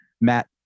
Matt